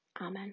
Amen